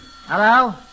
Hello